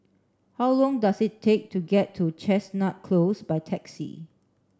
how long does it take to get to Chestnut Close by taxi